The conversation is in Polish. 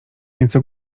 nieco